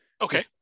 Okay